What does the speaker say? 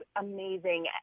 amazing